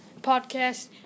Podcast